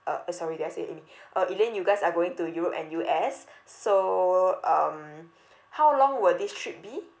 uh sorry did I say amy uh elaine you guys are going to europe and U_S so um how long will this trip be